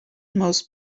most